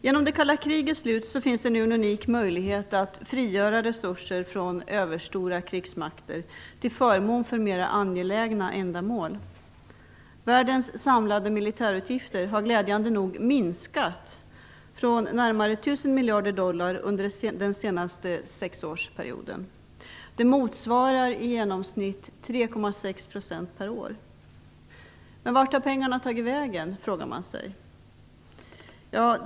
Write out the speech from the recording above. Genom det kalla krigets slut finns det nu en unik möjlighet att frigöra resurser från överstora krigsmakter till förmån för mer angelägna ändamål. Världens samlade militärutgifter har glädjande nog minskat från närmare 1 000 miljarder dollar under den senaste sexårsperioden. Det motsvarar i genomsnitt 3,6 % per år. Men man kan fråga sig vart pengarna har tagit vägen.